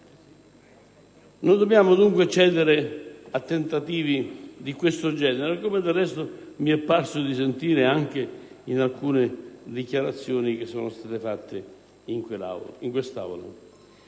Non dobbiamo, dunque, cedere a tentativi del genere, come del resto mi è parso di sentire anche in alcune dichiarazioni rese in quest'Aula.